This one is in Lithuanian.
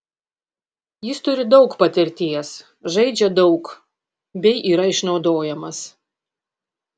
jis turi daug patirties žaidžia daug bei yra išnaudojamas